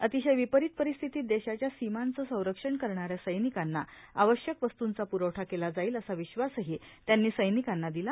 अतिशय विपरित परिस्थितीत देशाच्या सिमांचं संरक्षण करणाऱ्या सैनिकांना आवश्यक वस्त्ंचा प्रवठा केला जाईल असा विश्वासही त्यांनी सैनिकांना दिला